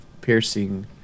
piercing